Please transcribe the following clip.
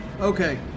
okay